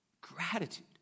gratitude